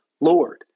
Lord